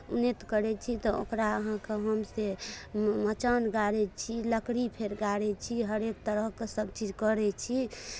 उन्नति करै छी तऽ ओकरा अहाँकेँ हम से मचान गाड़ैत छी लकड़ी फेर गाड़ैत छी हरेक तरहके सभचीज करै छी